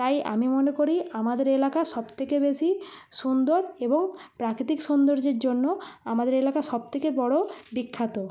তাই আমি মনে করি আমাদের এলাকা সবথেকে বেশি সুন্দর এবং প্রাকৃতিক সৌন্দর্যের জন্য আমাদের এলাকা সবথেকে বড় বিখ্যাত